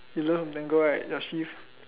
you learn from Tango right your shift